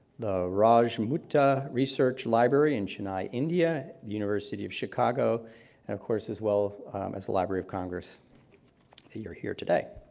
the roja muthiah research library in chennai, india, university of chicago and of course, as well as the library of congress that you're here today.